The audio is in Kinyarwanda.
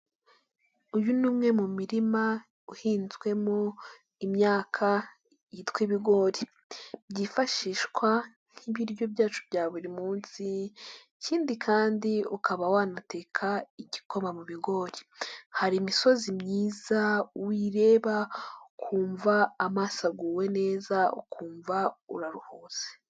Uyu ni umwe mu mirima uhinzwemo imyaka yitwa ibigori byifashishwa nk'ibiryo byacu bya buri munsi, ikindi kandi ukaba wanateka igikoma mu bigori, hari imisozi myiza uyireba ukumva amaso aguwe neza ukumva uraruhutse.